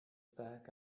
back